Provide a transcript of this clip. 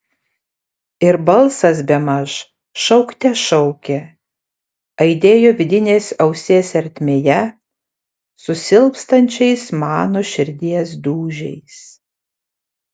ir balsas bemaž šaukte šaukė aidėjo vidinės ausies ertmėje su silpstančiais mano širdies dūžiais